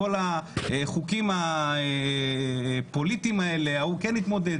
כל החוקים הפוליטיים האלה: ההוא כן התמודד,